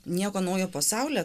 nieko naujo pasaulyje